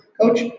coach